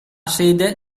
sede